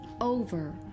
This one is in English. over